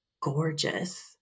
gorgeous